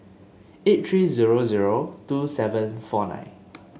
eight three zero zero two seven four nine